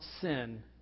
sin